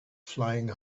flying